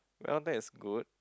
well that is good